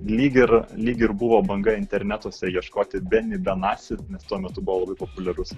lyg ir lyg ir buvo banga internetuose ieškoti beni benasi nes tuo metu buvo labai populiarus